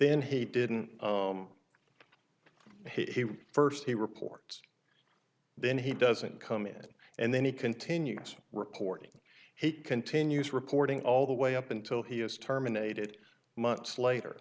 then he didn't he first he reports then he doesn't come it and then he continues reporting he continues reporting all the way up until he is terminated months later